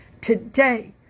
Today